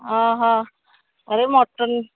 ଆରେ ମଟନ୍